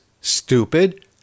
stupid